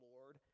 Lord